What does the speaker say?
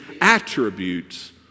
attributes